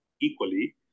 equally